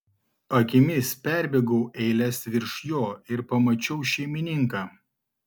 akimis perbėgau eiles virš jo ir pamačiau šeimininką